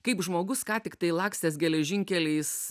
kaip žmogus ką tiktai lakstęs geležinkeliais